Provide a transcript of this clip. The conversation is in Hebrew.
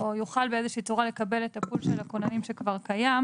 או יוכל באיזושהי צורה לקבל את הפול של הכוננים שכבר קיים